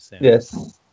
Yes